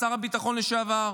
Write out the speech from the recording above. שר הביטחון לשעבר,